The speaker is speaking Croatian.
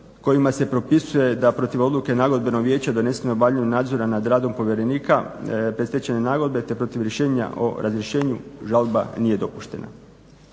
kojima se propisuje da protiv odluke nagodbenog vijeća da …/Govornik se ne razumije./… obavljanju nadzora nad radom povjerenika, predstečajne nagodbe te protiv razrješenja o razrješenju žalba nije dopuštena.